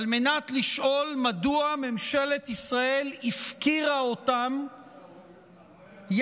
על מנת לשאול מדוע ממשלת ישראל הפקירה אותם יחד